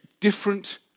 Different